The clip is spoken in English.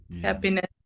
happiness